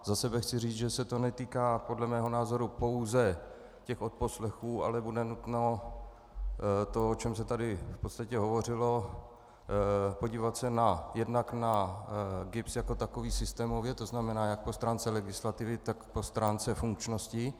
Za sebe chci říct, že se to netýká podle mého názoru pouze odposlechů, ale bude nutno to, o čem se tady v podstatě hovořilo podívat se jednak na GIBS jako takový systémově, tzn. jak po stránce legislativy, tak po stránce funkčnosti.